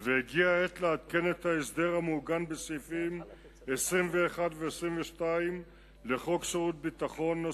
הגיע העת לעדכן את ההסדר המעוגן בסעיפים 21 ו-22 לחוק שירות ביטחון ,